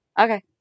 Okay